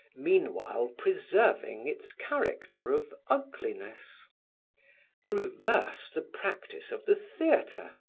meanwhile preserving its character of ugliness to reverse the practice of the theatre,